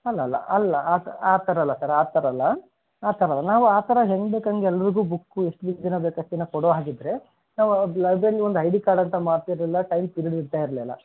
ಅಲ್ಲಲ್ಲ ಅಲ್ಲ ಆ ಥರ ಅಲ್ಲ ಸರ್ ಆ ಥರ ಅಲ್ಲ ಆ ಥರ ಅಲ್ಲ ನಾವು ಆ ಥರ ಹೆಂಗೆ ಬೇಕಂಗೆ ಎಲ್ಲರದು ಬುಕ್ಕು ಎಷ್ಟು ದಿವ್ಸ ದಿನ ಬೇಕು ಅಷ್ಟು ದಿನ ಕೊಡೋ ಹಾಗಿದ್ದರೆ ನಾವು ಲೈಬ್ರೆರಿ ಒಂದು ಐ ಡಿ ಕಾರ್ಡ್ ಅಂತ ಮಾಡ್ತಿರ್ಲಿಲ್ಲ ಟೈಮ್ ಪಿರ್ಡ್ ಇರ್ತಾ ಇರಲಿಲ್ಲ